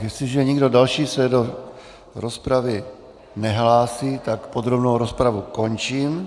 Jestliže nikdo další se do rozpravy nehlásí, tak podrobnou rozpravu končím.